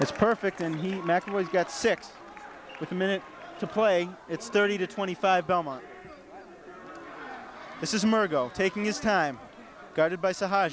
it's perfect and he always got six with a minute to play it's thirty to twenty five belmont this is mirko taking his time guarded by s